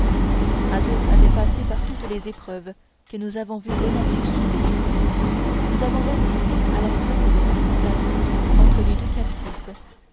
for lévêque athos avait passé par toutes les épreuves que nous avons vu bonacieux subir nous avons assisté à la scène de confrontation entre les deux captifs